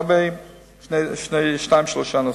לגבי שניים, שלושה נושאים.